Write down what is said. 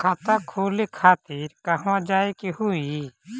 खाता खोले खातिर कहवा जाए के होइ?